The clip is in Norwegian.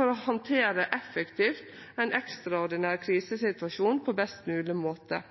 for effektivt å handtere ein ekstraordinær krisesituasjon på best mogleg måte.